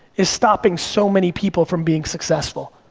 is stopping so many people from being successful.